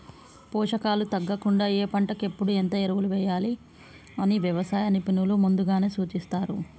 పోషకాలు తగ్గకుండా ఏ పంటకు ఎప్పుడు ఎంత ఎరువులు వేయాలి అని వ్యవసాయ నిపుణులు ముందుగానే సూచిస్తారు